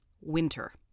winter